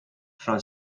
from